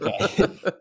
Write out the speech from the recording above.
Okay